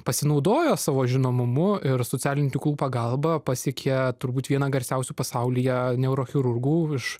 pasinaudojo savo žinomumu ir socialinių tinklų pagalba pasiekė turbūt viena garsiausių pasaulyje neurochirurgų iš